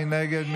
מי נגד?